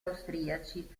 austriaci